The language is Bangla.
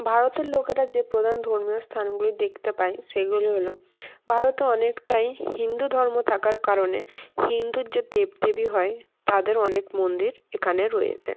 ভারতের লোকেরা যে প্রধান ধর্মীয় স্থানগুলি দেখতে পায় সেগুলি হলো ভারতে অনেকটাই হিন্দু ধর্ম থাকার কারণে হিন্দুর যে দেব দেবী হয় তাদের অনেক মন্দির এখানে রয়েছে